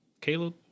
Caleb